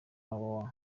www